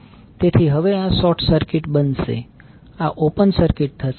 તેથી હવે આ શોર્ટ સર્કિટ બનશે આ ઓપન સર્કિટ થશે